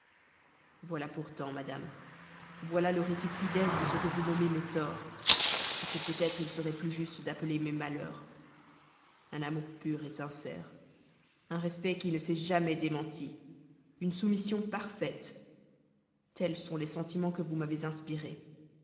voilà pourtant madame voilà le récit fidèle de ce que vous nommez mes torts que peut-être il serait plus juste d'appeler mes malheurs un amour pur sincère un respect qui ne s'est jamais démenti une soumission parfaite tels sont les sentiments que vous m'avez inspirés